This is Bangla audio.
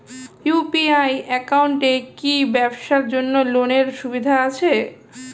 ইউ.পি.আই একাউন্টে কি ব্যবসার জন্য লোনের সুবিধা আছে?